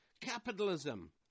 Capitalism